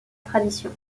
tradition